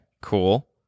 cool